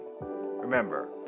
Remember